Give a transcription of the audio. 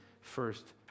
first